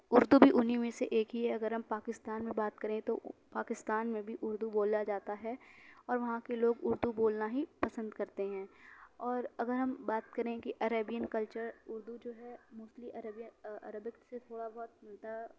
اردو بھی ان ہی میں سے ایک ہی ہے اگر ہم پاکستان میں بات کریں تو پاکستان میں بھی اردو بولا جاتا ہے اور وہاں کے لوگ اردو بولنا ہی پسند کرتے ہیں اور اگر ہم بات کریں کہ عربین کلچر اردو جو ہے موسٹلی عربیا عربک سے تھوڑا بہت ملتا